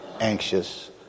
anxious